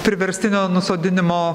priverstinio nusodinimo